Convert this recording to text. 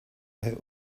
they